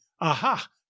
Aha